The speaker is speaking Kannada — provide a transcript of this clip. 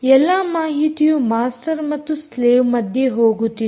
ಎಲ್ಲಾ ಮಾಹಿತಿಯು ಮಾಸ್ಟರ್ ಮತ್ತು ಸ್ಲೇವ್ ಮಧ್ಯೆ ಹೋಗುತ್ತಿತ್ತು